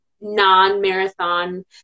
non-marathon